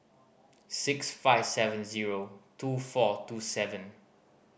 six five seven zero two four two seven